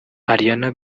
ariana